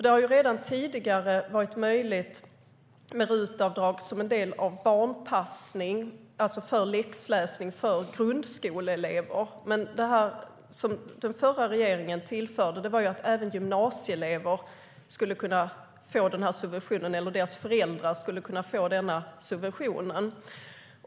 Det har redan tidigare varit möjligt med RUT-avdrag som en del av barnpassning, alltså för läxläsning för grundskoleelever. Men det som den förra regeringen tillförde var att även gymnasieelever eller deras föräldrar skulle kunna få den här subventionen.